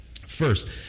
first